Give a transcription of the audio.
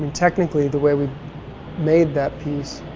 and technically, the way we made that piece,